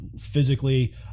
physically